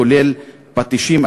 כולל פטישים,